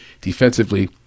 Defensively